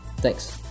Thanks